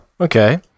okay